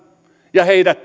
ja joko heidät